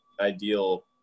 ideal